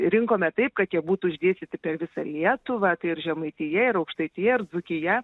rinkome taip kad jie būtų išdėstyti per visą lietuvą tai ir žemaitija ir aukštaitija ir dzūkija